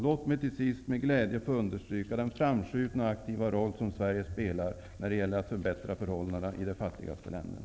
Låt mig till sist med glädje få understryka den framskjutna och aktiva roll som Sverige spelar när det gäller att förbättra förhållandena i de fattigaste länderna.